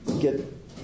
get